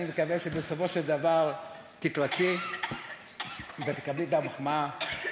אני מקווה שבסופו של דבר תתרצי ותקבלי את המחמאה,